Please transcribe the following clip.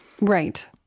Right